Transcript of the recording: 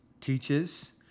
teaches